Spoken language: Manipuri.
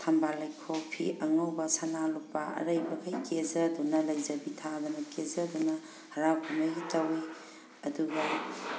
ꯊꯝꯕꯥꯜ ꯂꯩꯀꯣꯛ ꯐꯤ ꯑꯉꯧꯕ ꯁꯅꯥ ꯂꯨꯄꯥ ꯑꯔꯩꯕꯈꯩ ꯀꯦꯖꯗꯨꯅ ꯂꯩꯖꯕꯤ ꯊꯥꯗꯅ ꯀꯦꯖꯗꯨꯅ ꯍꯔꯥꯎ ꯀꯨꯝꯍꯩ ꯇꯧꯋꯤ ꯑꯗꯨꯒ